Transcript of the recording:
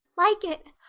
like it!